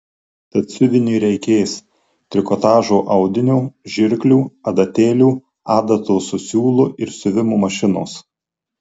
tad siuviniui reikės trikotažo audinio žirklių adatėlių adatos su siūlu ir siuvimo mašinos